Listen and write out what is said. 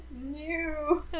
new